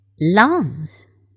lungs